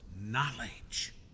knowledge